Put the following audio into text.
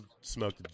smoked